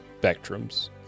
spectrums